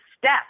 step